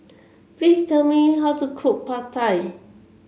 please tell me how to cook Pad Thai